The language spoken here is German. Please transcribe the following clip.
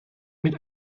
mit